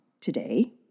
today